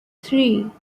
three